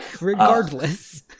regardless